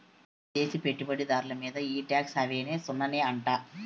విదేశీ పెట్టుబడి దార్ల మీంద ఈ టాక్స్ హావెన్ సున్ననే అంట